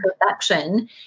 perfection